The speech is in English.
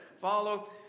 follow